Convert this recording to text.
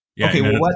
Okay